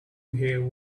hear